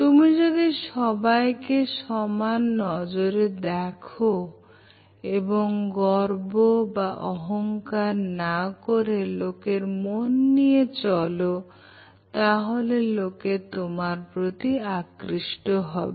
তুমি যদি সবাইকে সমান নজরে দেখো এবং গর্ব বা অহংকার না করে লোকের মন নিয়ে চলো তাহলে লোকে তোমার প্রতি আকৃষ্ট হবে